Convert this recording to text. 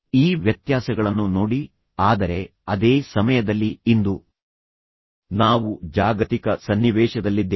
ಈ ವ್ಯತ್ಯಾಸಗಳನ್ನು ನೋಡಿ ಆದರೆ ಅದೇ ಸಮಯದಲ್ಲಿ ಇಂದು ನಾವು ಜಾಗತಿಕ ಸನ್ನಿವೇಶದಲ್ಲಿದ್ದೇವೆ